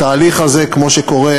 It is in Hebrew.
התהליך הזה, כמו שקורה